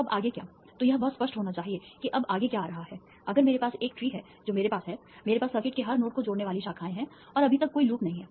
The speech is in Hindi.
तो अब आगे क्या तो यह बहुत स्पष्ट होना चाहिए कि अब आगे क्या आ रहा है अगर मेरे पास एक ट्री है जो मेरे पास है मेरे पास सर्किट के हर नोड को जोड़ने वाली शाखाएं हैं और अभी तक कोई लूप नहीं है